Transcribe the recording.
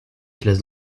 classe